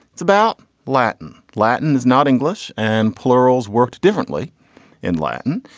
it's about latin. latin is not english. and plurals worked differently in latin.